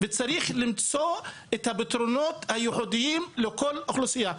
וצריך למצוא את הפתרונות הייחודיים לכל אוכלוסייה.